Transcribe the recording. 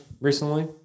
recently